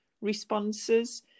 responses